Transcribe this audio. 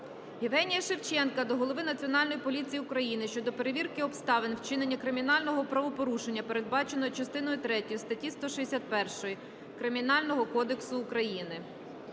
Євгенія Шевченка до Голови Національної поліції України щодо перевірки обставин вчинення кримінального правопорушення передбаченого частиною третьою статті 161 Кримінального кодексу України.